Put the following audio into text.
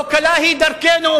לא קלה היא דרכנו,